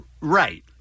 Right